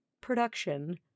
production